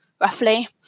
roughly